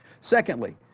Secondly